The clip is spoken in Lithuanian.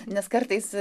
nes kartais